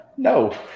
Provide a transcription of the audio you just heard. No